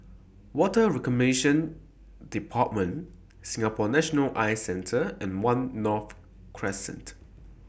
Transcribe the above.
Water Reclamation department Singapore National Eye Centre and one North Crescent